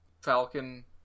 falcon